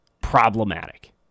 problematic